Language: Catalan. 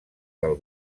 del